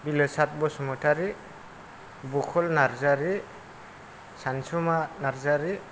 Nilesat Basumatary Bukul Narzary Sansuma Narzary